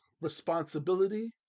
responsibility